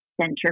center